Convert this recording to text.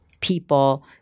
people